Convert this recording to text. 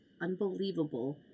unbelievable